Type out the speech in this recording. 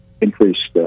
increased